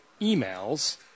emails